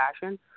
passion